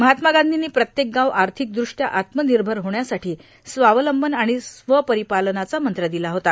महात्मा गांधीनी प्रत्येक गांव आर्थिकदृष्ट्या आत्मनिर्भर होण्यासाठी स्वावलंबन आणि स्वपरीपालनाचा मंत्र दिला होता